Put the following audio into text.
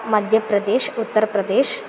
मद्यप्रदेशः उत्तरप्रदेशः